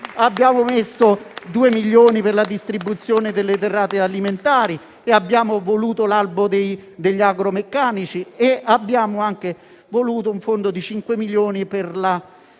abbiamo messo due milioni per la distribuzione delle derrate alimentari, abbiamo voluto l'albo degli agromeccanici e abbiamo anche voluto un fondo di cinque milioni per